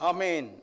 Amen